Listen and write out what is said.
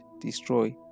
destroy